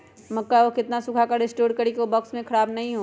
मक्का को कितना सूखा कर स्टोर करें की ओ बॉक्स में ख़राब नहीं हो?